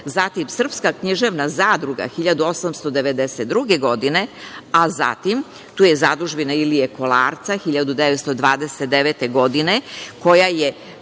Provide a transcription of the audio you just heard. zatim Srpska književna zadruga 1892. godine, a zatim tu je Zadužbina Ilije Kolarca 1929. godine, koja je